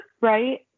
Right